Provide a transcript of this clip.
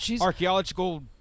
Archaeological